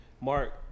Mark